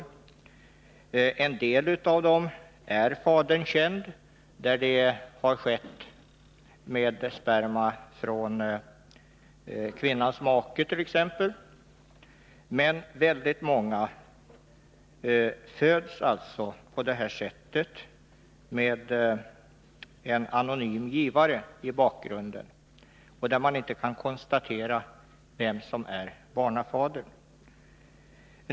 I en del fall är fadern känd, t.ex. där befruktningen har skett med sperma från kvinnans make. Men väldigt många barn föds på detta sätt med en anonym spermagivare i bakgrunden, och man kan inte konstatera vem som är barnafadern.